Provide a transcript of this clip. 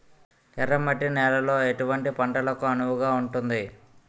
ఎర్ర మట్టి నేలలో ఎటువంటి పంటలకు అనువుగా ఉంటుంది?